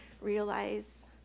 realize